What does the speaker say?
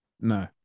No